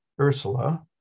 Ursula